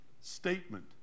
statement